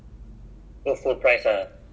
also present lobang ah no haunted